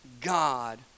God